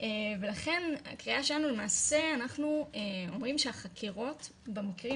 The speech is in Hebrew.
ולכן הקריאה שלנו למעשה אנחנו אומרים שהחקירות במקרים